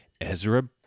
Ezra